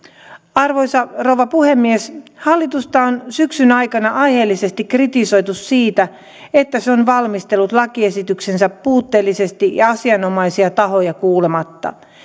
arvoisa rouva puhemies hallitusta on syksyn aikana aiheellisesti kritisoitu siitä että se on valmistellut lakiesityksensä puutteellisesti ja asianomaisia tahoja kuulematta